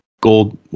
gold